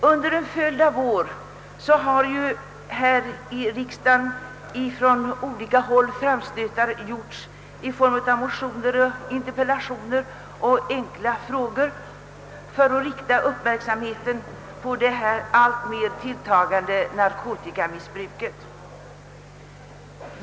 Under en följd av år har här i kammaren från olika håll framstötar gjorts i form av motioner, interpellationer och enkla frågor för att rikta uppmärksamheten på det alltmera tilltagande narkotikamissbruket.